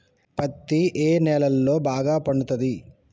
పత్తి ఏ నేలల్లో బాగా పండుతది?